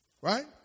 Right